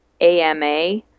AMA